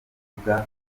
zivuga